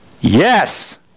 Yes